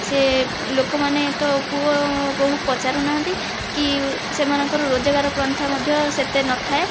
ସେ ଲୋକମାନେ ତ ପୁଅ ବୋହୂ ପଚାରୁନାହାନ୍ତି କି ସେମାନଙ୍କର ରୋଜଗାର ପନ୍ଥା ମଧ୍ୟ ସେତେ ନଥାଏ